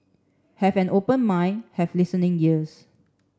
have an open mind have listening ears